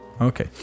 Okay